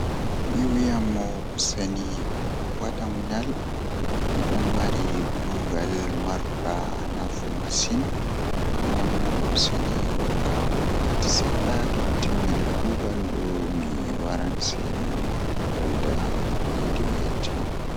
So ko waɗii e jam ɗo, mi waɗa jooni ɓuri wooɗude jooni fota ngam ɓeydu heɓere mawniɗo ngal. Mi waɗa waɗde himɓe yimɓe ɗum, mi waɗa njibbugol e oo ngam waɗde eɗe kala. Mi waɗa waɗde ɗum. A jokkondir fii moƴƴere, jam ngol waɗii e kala heewi ngol. Waɗɗo yilla ngal yo ngoodi waɗi ɗum semti heewta.